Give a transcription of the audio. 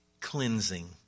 cleansing